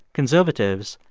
conservatives,